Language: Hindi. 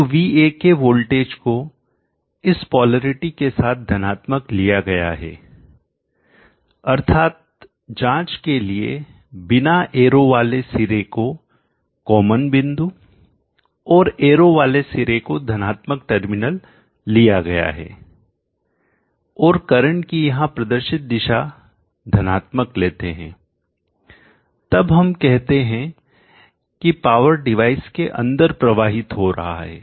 तो Vak वोल्टेज को इस पोलैरिटीके साथ धनात्मक लिया गया है अर्थात जांच के लिए बिना एरो वाले सिरे को कॉमन बिंदु और एरो वाले सिरे को धनात्मक टर्मिनल लिया गया है और करंट की यहां प्रदर्शित दिशा धनात्मक लेते हैं तब हम कहते हैं कि पावर डिवाइस के अंदर प्रवाहित हो रहा है